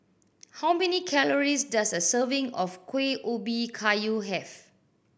how many calories does a serving of Kueh Ubi Kayu have